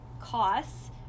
costs